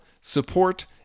support